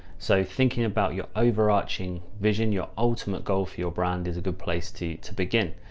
so thinking about your overarching vision, your ultimate goal for your brand is a good place to to begin.